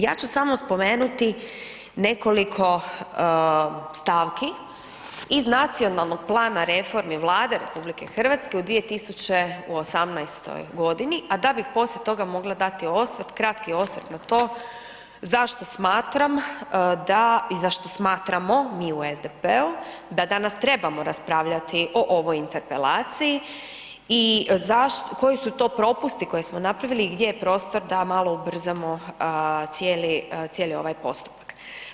Ja ću samo spomenuti nekoliko stavki iz Nacionalnog plana reformi Vlade RH u 2018. godini, a da bih poslije toga mogla dati osvrt, kratki osvrt na to zašto smatram da i zašto smatramo mi u SDP-u da danas trebamo raspravljati o ovoj interpelaciji i koji su to propusti koje smo napravili, gdje je prostor da malo ubrzamo cijeli, cijeli ovaj postupak.